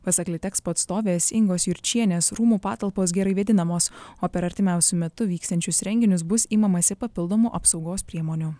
pasak litexpo atstovės ingos jurčienės rūmų patalpos gerai vėdinamos o per artimiausiu metu vyksiančius renginius bus imamasi papildomų apsaugos priemonių